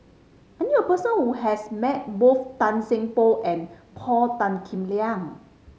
I knew a person who has met both Tan Seng Poh and Paul Tan Kim Liang